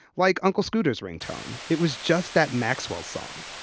like uncle scooter's ringtone. it was just that maxwell song.